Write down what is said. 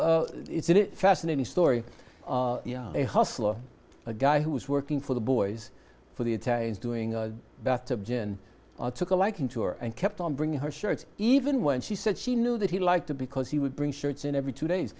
so it's a fascinating story a hostler a guy who was working for the boys for the italians doing a bathtub gin i took a liking to her and kept on bringing her shirts even when she said she knew that he liked it because he would bring shirts in every two days